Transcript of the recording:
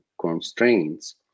constraints